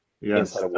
Yes